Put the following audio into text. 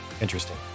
interesting